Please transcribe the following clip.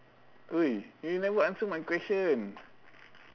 !oi! you never answer my question